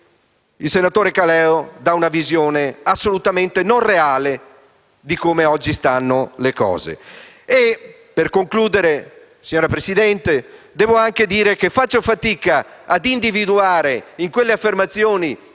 Il senatore Caleo ha dato una visione assolutamente non reale di come oggi stanno le cose.